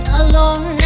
alone